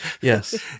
Yes